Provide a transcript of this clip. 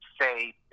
say